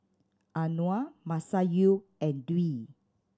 Anuar Masayu and Dwi